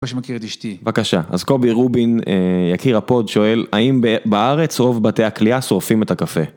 מכיר את אשתי - בבקשה אז קובי רובין יקירה פוד שואל האם בארץ רוב בתי הקליעה שורפים את הקפה.